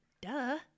Duh